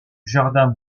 jardin